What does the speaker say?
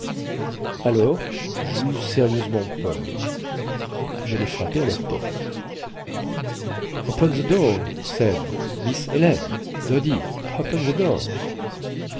alors jeus sérieusement peur jallai frapper à leur porte open the door sem miss ellen doddy